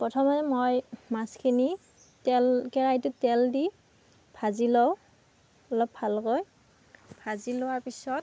প্ৰথমতে মই মাছখিনি তেল কেৰাহিটোত তেল দি ভাজি লওঁ অলপ ভালকৈ ভাজি লোৱাৰ পিছত